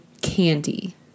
candy